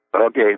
Okay